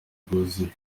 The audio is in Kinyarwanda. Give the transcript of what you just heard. bwuzuye